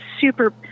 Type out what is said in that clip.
super